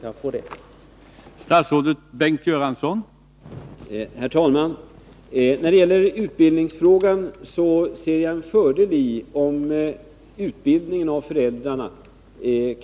Kan jag få det nu?